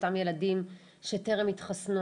אותם ילדים שטרם התחסנו?